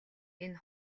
энэ